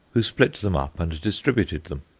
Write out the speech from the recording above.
who split them up and distributed them.